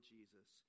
Jesus